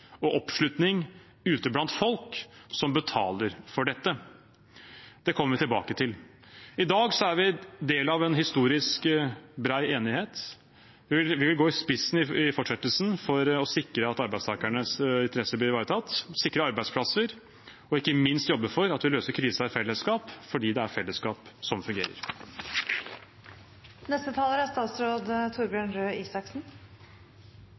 og oppslutning ute blant folk som betaler for dette. Det kommer vi tilbake til. I dag er vi del av en historisk bred enighet. Vi vil gå i spissen i fortsettelsen for å sikre at arbeidstakernes interesser blir ivaretatt, sikre arbeidsplasser og ikke minst jobbe for at vi løser krisen i fellesskap, fordi det er fellesskap som fungerer. Det kan ikke være noen tvil om hvor stor og dyp denne krisen er.